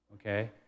okay